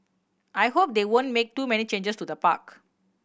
I hope they won't make too many changes to the park